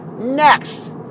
next